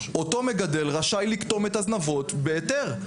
אותו מגדל רשאי לקטום את הזנבות בהיתר,